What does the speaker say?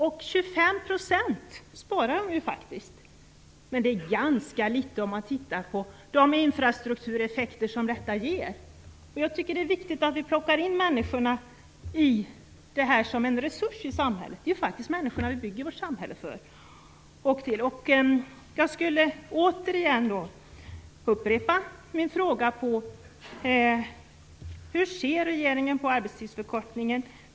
Man sparar ju faktiskt 25 %, men det är ganska litet om man tittar på de infrastruktureffekter som detta ger. Jag tycker att det är viktigt att vi ser människorna som en resurs i samhället. Det är ju faktiskt människorna vi bygger vårt samhälle för. Jag vill återigen upprepa min fråga. Hur ser regeringen på arbetstidsförkortningen?